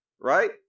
right